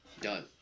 done